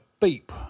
beep